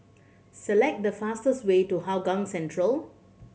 select the fastest way to Hougang Central